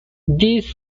these